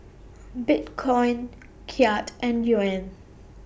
Bitcoin Kyat and Yuan